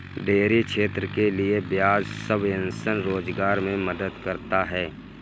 dairy क्षेत्र के लिये ब्याज सबवेंशन रोजगार मे मदद करता है